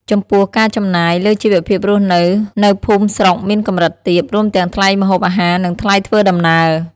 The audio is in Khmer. ចំពោះ ការចំណាយ លើជីវភាពរស់នៅនៅភូមិស្រុកមានកម្រិតទាប រួមទាំងថ្លៃម្ហូបអាហារ និងថ្លៃធ្វើដំណើរ។